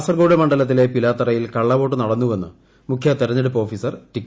കാസർഗോഡ് മണ്ഡലത്തിലെ പിലാത്തറയിൽ കള്ളവോട്ട് നടന്നുവെന്ന് മുഖ്യതെരഞ്ഞെടുപ്പ് ഓഫീസർ ടിക്കാറാം മീണ